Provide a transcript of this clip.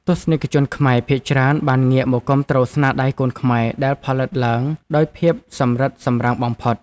ទស្សនិកជនខ្មែរភាគច្រើនបានងាកមកគាំទ្រស្នាដៃកូនខ្មែរដែលផលិតឡើងដោយភាពសម្រិតសម្រាំងបំផុត។